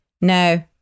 no